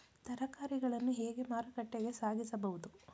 ತರಕಾರಿಗಳನ್ನು ಹೇಗೆ ಮಾರುಕಟ್ಟೆಗೆ ಸಾಗಿಸಬಹುದು?